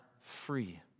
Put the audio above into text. free